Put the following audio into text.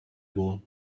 goal